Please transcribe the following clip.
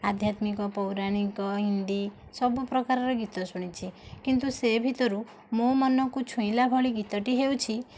ଆଧ୍ୟାତ୍ମିକ ପୌରାଣିକ ହିନ୍ଦୀ ସବୁ ପ୍ରକାରର ଗୀତ ଶୁଣିଛି କିନ୍ତୁ ସେ ଭିତରୁ ମୋ ମନକୁ ଛୁଇଁଲା ଭଲି ଗୀତଟି ହେଉଛି